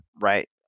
right